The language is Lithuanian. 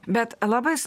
bet labai